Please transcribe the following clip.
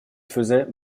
faisait